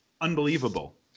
unbelievable